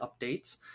updates